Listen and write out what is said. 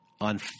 on